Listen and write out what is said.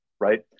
Right